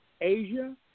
Asia